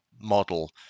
model